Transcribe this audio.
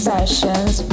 Sessions